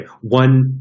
one